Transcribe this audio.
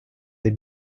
they